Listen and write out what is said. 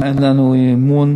אין לנו אמון,